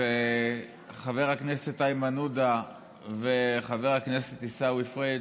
חבר הכנסת איימן עודה וחבר הכנסת עיסאווי פריג'